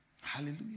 Hallelujah